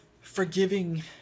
Forgiving